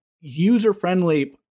user-friendly